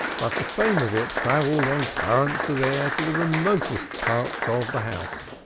but the fame of it travelled on currents of air to the remotest parts of the house.